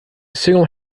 single